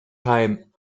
heim